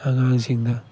ꯑꯉꯥꯡꯁꯤꯡꯅ